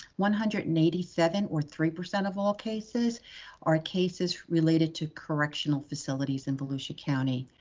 one hundred and eighty seven or three percent of all cases are cases related to correctional facilities in volusia county.